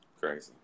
Crazy